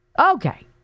Okay